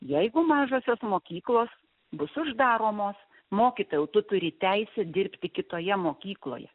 jeigu mažosios mokyklos bus uždaromos mokytojau tu turi teisę dirbti kitoje mokykloje